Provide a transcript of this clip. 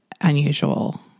unusual